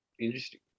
interesting